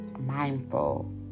mindful